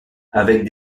avec